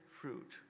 fruit